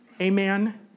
Amen